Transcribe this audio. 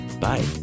Bye